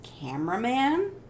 cameraman